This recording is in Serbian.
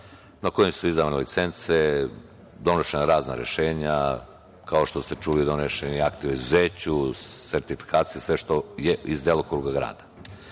na kojima su izdavane licence, donošena razna rešenja. Kao što ste čuli, donesen je akt o izuzeću, sertifikacije, sve što je iz delokruga